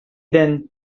then